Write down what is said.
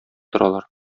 торалар